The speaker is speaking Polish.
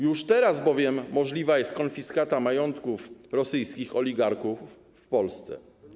Już teraz bowiem możliwa jest konfiskata majątków rosyjskich oligarchów w Polsce.